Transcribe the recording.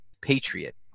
Patriot